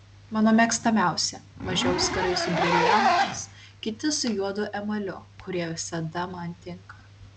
mano mėgstamiausi maži auskarai su briliantais kiti su juodu emaliu kurie visada man tinka